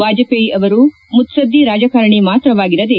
ವಾಜಹೇಯಿ ಅವರು ಮುತ್ತದ್ಲಿ ರಾಜಕಾರಣಿ ಮಾತ್ರವಾಗಿರದೆ